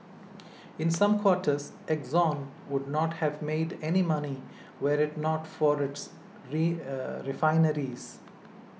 in some quarters Exxon would not have made any money were it not for its re refineries